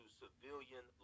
civilian